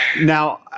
Now